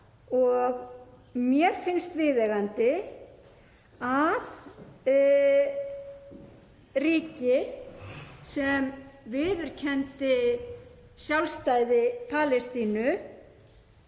og mér finnst viðeigandi að ríki sem viðurkenndi sjálfstæði Palestínu